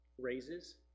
raises